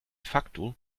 facto